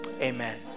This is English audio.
Amen